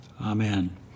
Amen